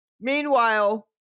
Meanwhile